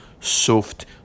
soft